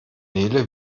nele